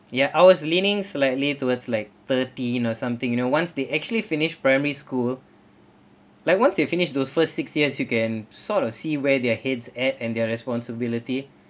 ya I was leaning slightly towards like thirteen or something you know once they actually finished primary school like once you finish those first six years you can sort of see where their heads at and their responsibility